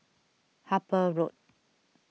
Harper Road